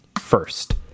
First